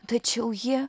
tačiau jie